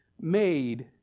made